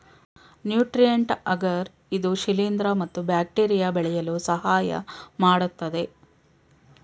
nutrient agar ಇದು ಶಿಲಿಂದ್ರ ಮತ್ತು ಬ್ಯಾಕ್ಟೀರಿಯಾ ಬೆಳೆಯಲು ಸಹಾಯಮಾಡತ್ತದೆ